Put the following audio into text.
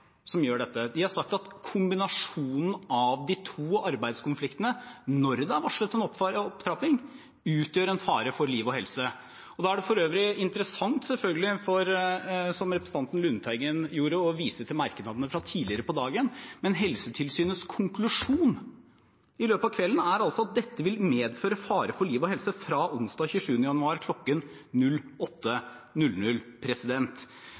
varslet en opptrapping, utgjør en fare for liv og helse. Da er det for øvrig interessant, selvfølgelig, som representanten Lundteigen gjorde, å vise til merknadene fra tidligere på dagen, men Helsetilsynets konklusjon i løpet av kvelden er at dette vil medføre fare for liv og helse fra onsdag 27. januar klokken